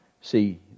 see